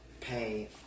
pay